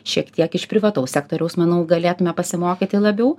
šiek tiek iš privataus sektoriaus manau galėtume pasimokyti labiau